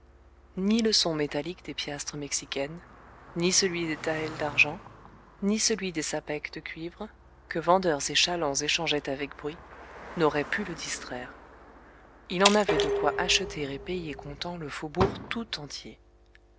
ni le son métallique des piastres mexicaines ni celui des taëls d'argent ni celui des sapèques de cuivre que vendeurs et chalands échangeaient avec bruit n'auraient pu le distraire il en avait de quoi acheter et payer comptant le faubourg tout entier